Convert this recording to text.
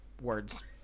Words